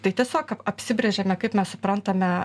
tai tiesiog apsibrėžėme kaip mes suprantame